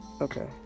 okay